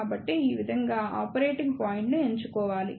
కాబట్టిఈ విధంగా ఆపరేటింగ్ పాయింట్ను ఎంచుకోవాలి